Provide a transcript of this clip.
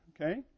okay